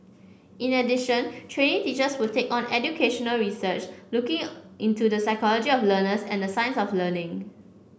in addition trainee teachers will take on educational research looking into the psychology of learners and the science of learning